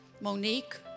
Monique